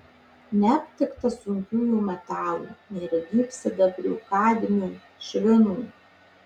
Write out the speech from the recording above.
neaptikta sunkiųjų metalų nėra gyvsidabrio kadmio švino